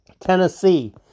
Tennessee